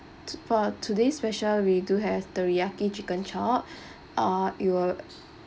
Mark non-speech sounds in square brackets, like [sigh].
to~ for today's special we do have teriyaki chicken chop [breath] uh it will